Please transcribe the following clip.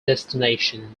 destination